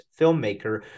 filmmaker